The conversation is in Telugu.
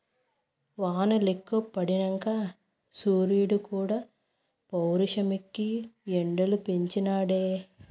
వానలెక్కువ పడినంక సూరీడుక్కూడా పౌరుషమెక్కి ఎండలు పెంచి నాడే